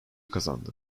kazandı